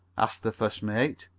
asked the first mate.